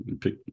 pick